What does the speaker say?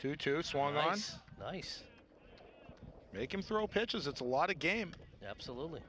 to two swans nice make him throw pitches it's a lot of game absolutely